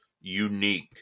unique